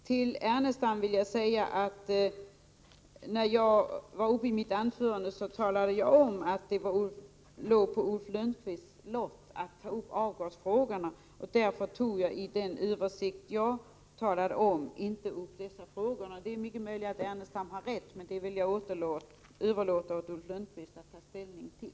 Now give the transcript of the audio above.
Till Lars Ernestam vill jag säga att jag talade om i mitt huvudanförande att det ligger på Ulf Lönnqvists lott att ta upp avgasfrågorna. Därför berörde jag inte dessa frågor i den översikt som jag gjorde. Det är mycket möjligt att Lars Ernestam har rätt, men det vill jag överlåta åt Ulf Lönnqvist att ta ställning till.